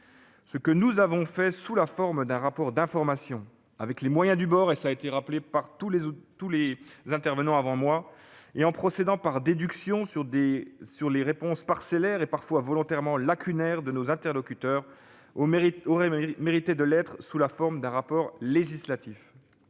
Ce que nous avons fait sous la forme d'un rapport d'information, avec les moyens du bord- tous les intervenants avant moi l'ont rappelé -et en procédant par déduction à partir des réponses parcellaires et parfois volontairement lacunaires de nos interlocuteurs, aurait mérité de prendre la forme d'un rapport législatif.